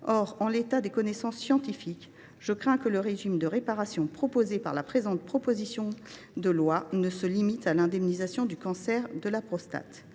Or, en l’état des connaissances scientifiques, je crains que le régime de réparation proposé dans le texte ne se limite à l’indemnisation du cancer de la prostate.